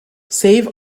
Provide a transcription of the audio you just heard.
save